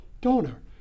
donor